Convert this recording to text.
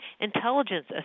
intelligence